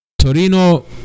Torino